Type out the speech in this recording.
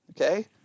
Okay